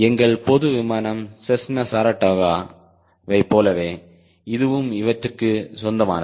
எங்கள் பொது விமானம் செஸ்னா சரடோகாவைப் போலவே இதுவும் இவற்றுக்கு சொந்தமானது